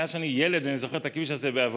מאז שאני ילד אני זוכר את הכביש הזה בעבודות.